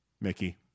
Mickey